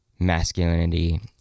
masculinity